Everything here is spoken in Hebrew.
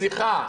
סליחה,